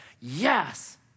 Yes